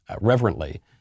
reverently